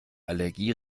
allergie